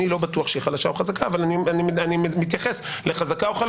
אני לא בטוח שהיא חלשה או חזקה אבל אני